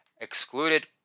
excluded